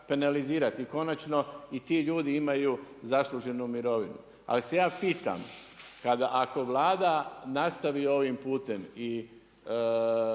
penalizirati. Konačno i ti ljudi imaju zasluženu mirovinu. Ali se ja pitam kada, ako Vlada nastavi ovim putem i